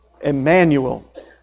Emmanuel